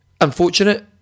Unfortunate